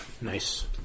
Nice